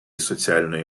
соціальної